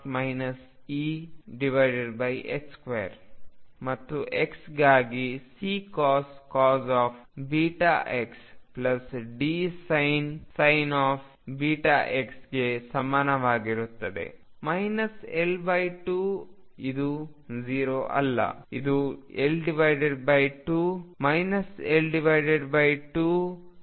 ಮತ್ತು x ಗಾಗಿ Ccos βx Dsin βx ಗೆ ಸಮಾನವಾಗಿರುತ್ತದೆ L2 ಇದು 0 ಅಲ್ಲ